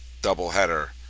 doubleheader